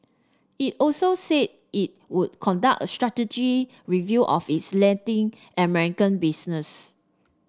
it also said it would conduct a strategic review of its Latin American business